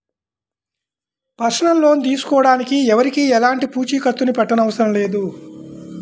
personal loan తీసుకోడానికి ఎవరికీ ఎలాంటి పూచీకత్తుని పెట్టనవసరం లేదు